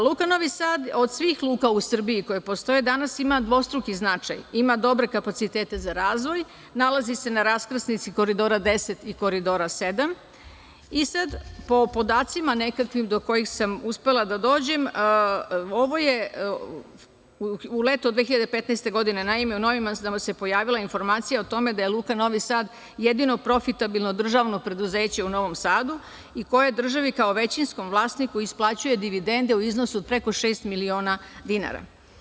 Luka Novi Sad od svih luka u Srbiji koje postoje danas ima dvostruki značaj – ima dobre kapacitete za razvoj, nalazi se na raskrsnici Koridora 10 i Koridora 7. Po nekakvim podacima do kojih sam uspela da dođem, u leto 2015. godine u novinama se pojavila informacija da je Luka Novi Sad jedino profitabilno državno preduzeće u Novom Sadu i koje državi kao većinskom vlasniku isplaćuje dividende u iznosu od preko šest miliona dinara.